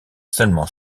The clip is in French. seulement